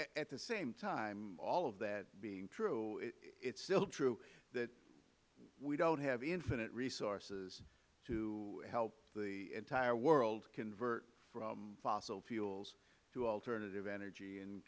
at the same time all of that being true it is still true that we don't have infinite resources to help the entire world convert from fossil fuels to alternative energy and